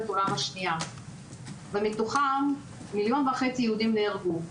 העולם השנייה ומתוכם מיליון וחצי יהודים נהרגו,